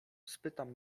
spytam